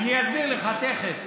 אני אסביר לך תכף.